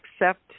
accept